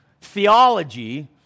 theology